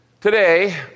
today